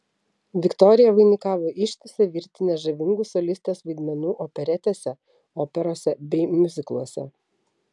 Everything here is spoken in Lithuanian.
viktorija vainikavo ištisą virtinę žavingų solistės vaidmenų operetėse operose bei miuzikluose